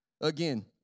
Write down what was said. Again